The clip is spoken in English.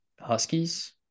huskies